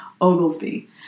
Oglesby